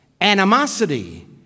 animosity